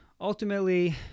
ultimately